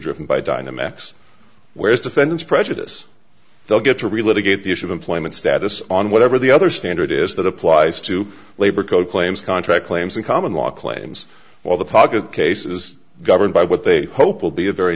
driven by dynamics whereas defendants prejudice they'll get to relive again the issue of employment status on whatever the other standard is that applies to labor code claims contract claims and common law claims while the pocket case is governed by what they hope will be a very